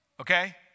okay